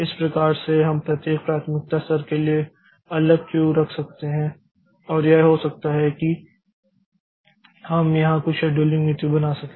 इस प्रकार से हम प्रत्येक प्राथमिकता स्तर के लिए अलग क्यू रख सकते हैं और यह हो सकता है कि हम वहां कुछ शेड्यूलिंग नीति बना सकें